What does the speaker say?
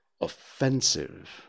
Offensive